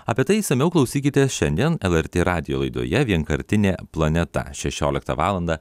apie tai išsamiau klausykitės šiandien lrt radijo laidoje vienkartinė planeta šešioliktą valandą